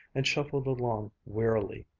and shuffled along wearily,